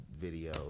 video